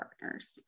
partners